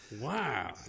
Wow